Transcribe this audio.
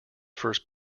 first